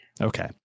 Okay